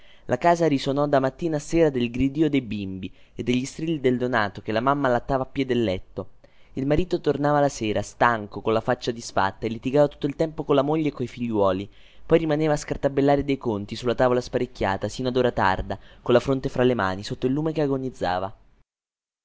la casa risonò da mattina a sera del gridío dei bimbi e degli strilli del neonato che la mamma allattava a piè del letto il marito tornava la sera stanco colla faccia disfatta e litigava tutto il tempo colla moglie e coi figliuoli poi rimaneva a scartabellare dei conti sulla tavola sparecchiata sino ad ora tarda colla fronte fra le mani sotto il lume che agonizzava